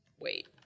wait